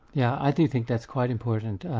yeah i do think that's quite important.